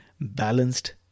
balanced